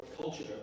culture